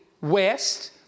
west